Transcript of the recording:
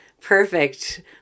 perfect